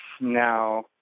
now